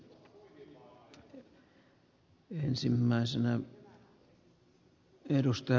herra puhemies